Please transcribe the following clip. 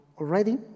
already